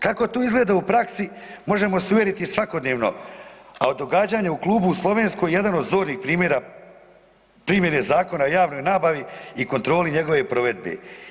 Kako to izgleda u praksi možemo se uvjeriti svakodnevno, a od događanja u klubu u Slovenskoj 1 od zornih primjera primjer je Zakona o javnoj nabavi i kontroli njegove provedbe.